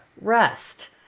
rest